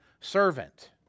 servant